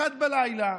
01:00,